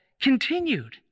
continued